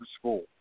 school